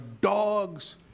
dogs